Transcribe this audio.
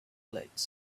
lights